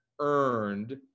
earned